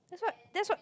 that's what that's what